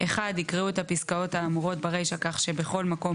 יקראו את הפסקאות האמורות ברישה כך שבכל מקום,